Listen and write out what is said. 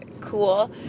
cool